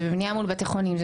זה בבנייה מול בתי חולים,